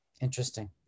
Interesting